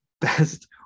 best